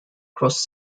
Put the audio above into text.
cross